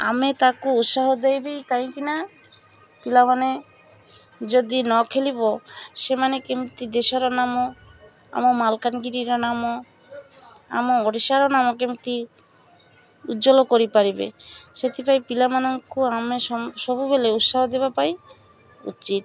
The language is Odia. ଆମେ ତାକୁ ଉତ୍ସାହ ଦେବି କାହିଁକି ନା ପିଲାମାନେ ଯଦି ନଖେଲିବ ସେମାନେ କେମିତି ଦେଶର ନାମ ଆମ ମାଲକାନଗିରିର ନାମ ଆମ ଓଡ଼ିଶାର ନାମ କେମିତି ଉଜ୍ଜ୍ଵଲ କରିପାରିବେ ସେଥିପାଇଁ ପିଲାମାନଙ୍କୁ ଆମେ ସବୁବେଲେ ଉତ୍ସାହ ଦେବା ପାଇଁ ଉଚିତ୍